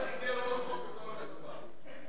זה הדבר היחידי הלא-נכון בכל הכתבה.